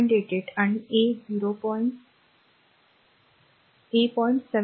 88 आणि a